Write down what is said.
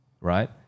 right